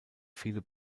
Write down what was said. viele